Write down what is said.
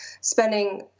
spending